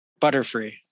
Butterfree